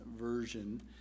Version